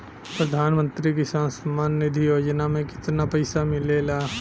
प्रधान मंत्री किसान सम्मान निधि योजना में कितना पैसा मिलेला?